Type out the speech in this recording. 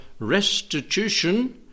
Restitution